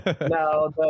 No